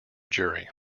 jury